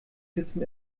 sitzen